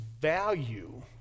value